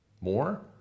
More